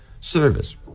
service